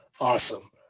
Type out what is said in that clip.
awesome